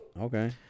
Okay